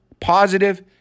positive